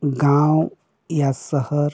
गाँव या सहर